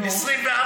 24,